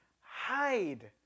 hide